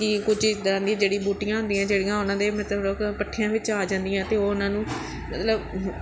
ਕਿ ਕੁਝ ਇੱਦਾਂ ਦੀ ਜੜੀ ਬੂਟੀਆਂ ਹੁੰਦੀਆਂ ਜਿਹੜੀਆਂ ਉਹਨਾਂ ਦੇ ਮਤਲਬ ਪੱਠਿਆਂ ਵਿੱਚ ਆ ਜਾਂਦੀਆਂ ਅਤੇ ਉਹ ਉਹਨਾਂ ਨੂੰ ਮਤਲਬ